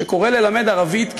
שקורא ללמד ערבית,